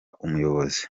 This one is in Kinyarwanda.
umuyobozi